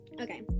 okay